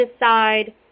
decide